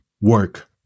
work